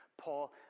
Paul